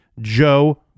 Joe